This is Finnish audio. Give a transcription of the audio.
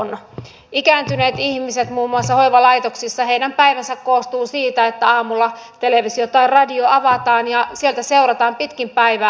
ikääntyneiden ihmisten päivät muun muassa hoivalaitoksissa koostuvat siitä että aamulla televisio tai radio avataan ja sitä seurataan pitkin päivää